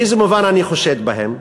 באיזה מובן אני חושד בהם?